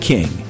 King